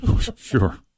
Sure